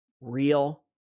real